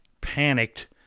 panicked